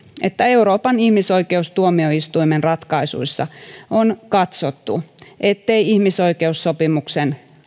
että euroopan ihmisoikeustuomioistuimen ratkaisuissa on katsottu ettei ihmisoikeussopimuksen